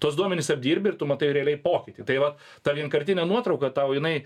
tuos duomenis apdirbi ir tu matai realiai pokytį tai vat ta vienkartinė nuotrauka tau jinai